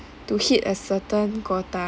to hit a certain quota